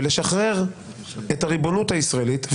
ולשחרר את הריבונות הישראלית,